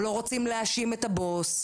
או לא רוצים להאשים את הבוס,